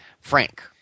Frank